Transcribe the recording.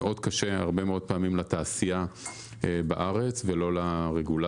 הרבה מאוד פעמים זה מאוד קשה לתעשייה בארץ ולא לרגולציה.